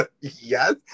yes